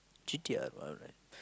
G_T_R alright